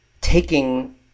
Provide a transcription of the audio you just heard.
taking